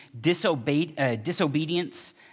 disobedience